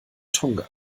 tonga